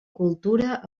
cultura